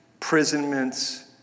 prisonments